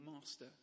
master